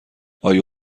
آیا